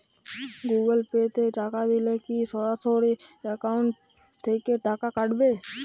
Google Pay তে টাকা দিলে কি সরাসরি অ্যাকাউন্ট থেকে টাকা কাটাবে?